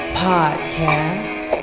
podcast